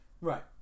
right